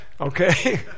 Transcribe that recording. Okay